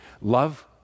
Love